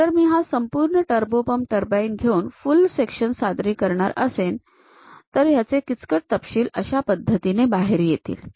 जर मी हा संपूर्ण टर्बो पंप टर्बाईन घेऊन फुल सेक्शनल सादरीकरण करणार असें तर याचे किचकट तपशील अशा पद्धतीने बाहेर येतील